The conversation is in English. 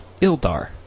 Ildar